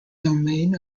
domain